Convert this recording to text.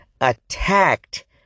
attacked